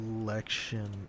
Election